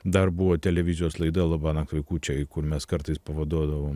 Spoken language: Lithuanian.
dar buvo televizijos laida labanakt vaikučiai kur mes kartais pavaduodavom